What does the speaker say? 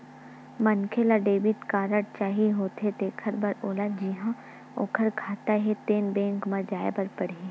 मनखे ल debit card चाही होथे तेखर बर ओला जिहां ओखर खाता हे तेन बेंक म जाए बर परही